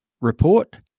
report